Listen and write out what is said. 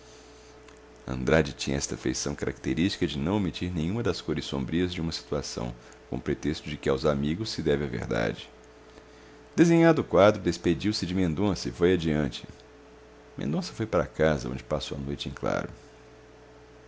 andrade tinha esta feição característica de não omitir nenhuma das cores sombrias de uma situação com o pretexto de que aos amigos se deve a verdade desenhado o quadro despediu-se de mendonça e foi adiante mendonça foi para casa onde passou a noite em claro